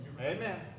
Amen